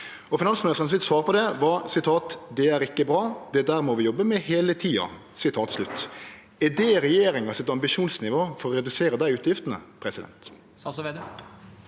Finansministeren sitt svar på det var: «Det er ikke bra. Det der må vi jobbe med hele tida.» Er det regjeringa sitt ambisjonsnivå for å redusere dei utgiftene?